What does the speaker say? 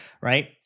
right